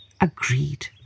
agreed